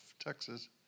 Texas